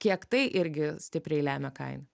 kiek tai irgi stipriai lemia kainą